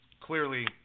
clearly